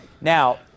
Now